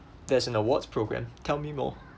there's an awards program tell me more